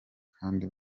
kandi